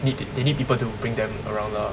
they they need people to bring them around lah